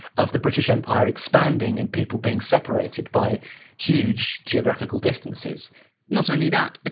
of the british empire expanding and people being separated by huge geographical distances not only that,